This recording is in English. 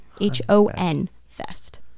H-O-N-Fest